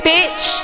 Bitch